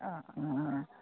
অঁ অঁ